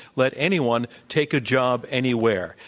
let anyone take a job anywhere.